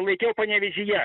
laikiau panevėžyje